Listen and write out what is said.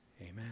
Amen